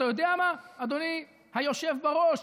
אתה יודע מה, אדוני היושב בראש?